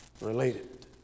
related